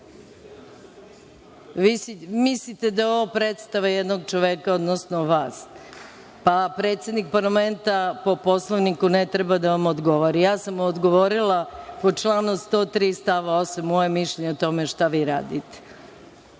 mnom.)Mislite da je ovo predstava jednog čoveka, odnosno vas, pa predsednik parlamenta, po Poslovniku, ne treba da vam odgovori? Ja sam vam odgovorila po članu 103. stav 8, to je moje mišljenje o tome šta vi radite.